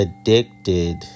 addicted